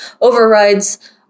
overrides